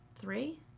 Three